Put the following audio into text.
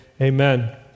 amen